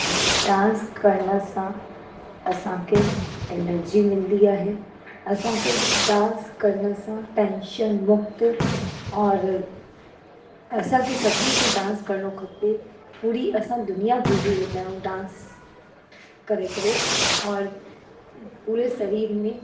dance करण सां असांखे एनर्जी मिलंदी आहे असांखे डांस करण सां टैंशन मुक्त और असांखे सभिनी खे डांस करणो खपे पूरी असां दुनिया भुलिजी वेंदा आहियूं डांस करे करे और पूरे सरीर में